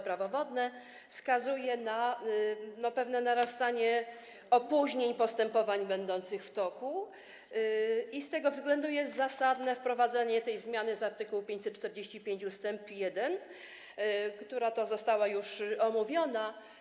Prawo wodne wskazuje na pewne narastanie opóźnień postępowań będących w toku i z tego względu jest zasadne wprowadzenie tej zmiany z art. 545 ust. 1, która została już omówiona.